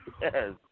yes